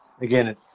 again